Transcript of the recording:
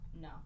No